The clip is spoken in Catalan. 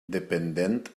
dependent